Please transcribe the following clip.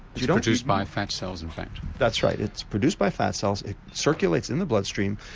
you know produced by fat cells in fact. that's right, it's produced by fat cells, it circulates in the bloodstream,